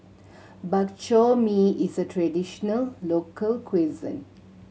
Bak Chor Mee is a traditional local cuisine